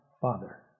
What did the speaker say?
father